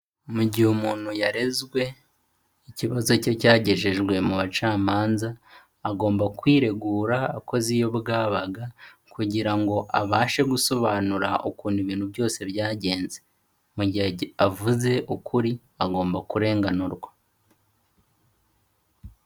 Mu gihe umuntu yarezwe, ikibazo cye cyagejejwe mu bacamanza, agomba kwiregura akoze iyo bwabaga, kugira ngo abashe gusobanura ukuntu ibintu byose byagenze, mu gihe avuze ukuri agomba kurenganurwa.